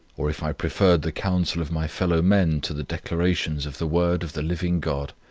or if i preferred the counsel of my fellow men to the declarations of the word of the living god,